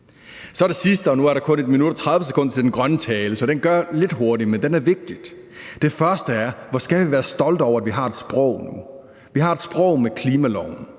den grønne tale, og nu er der kun 1 minut og 30 sekunder, så jeg gør det lidt hurtigt, men den er vigtig. Det første er: Hvor skal vi være stolte over, at vi har et sprog med klimaloven,